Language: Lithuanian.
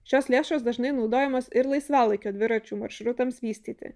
šios lėšos dažnai naudojamas ir laisvalaikio dviračių maršrutams vystyti